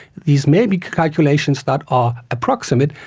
these may be calculations that are approximate,